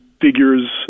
figures